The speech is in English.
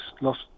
lost